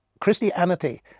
Christianity